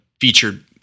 featured